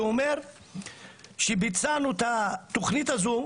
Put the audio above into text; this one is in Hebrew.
שאומר שביצענו את התכנית הזו,